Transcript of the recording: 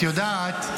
את יודעת,